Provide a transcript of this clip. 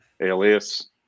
Alias